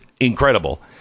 incredible